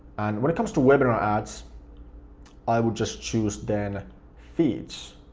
and when it comes to webinar ads i will just choose then feeds.